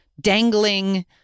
dangling